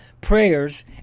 prayers